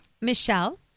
Michelle